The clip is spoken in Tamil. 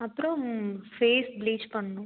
அப்புறம் ஃபேஸ் ப்ளீச் பண்ணனும்